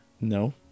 No